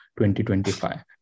2025